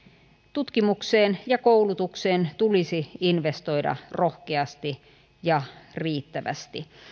tutkimukseen ja koulutukseen tulisi investoida rohkeasti ja riittävästi